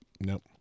Nope